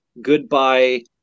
Goodbye